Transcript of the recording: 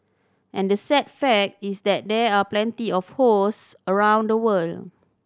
and the sad fact is that there are plenty of hosts around the world